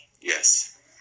Yes